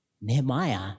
Nehemiah